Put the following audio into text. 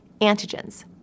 Antigens